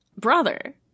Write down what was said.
brother